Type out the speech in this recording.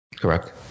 Correct